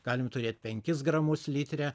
galim turėt penkis gramus litre